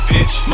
Bitch